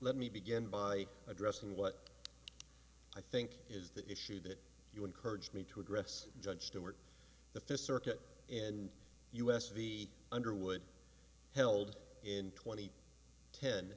let me begin by addressing what i think is the issue that you encourage me to address judge who are the fifth circuit and u s v underwood held in twenty ten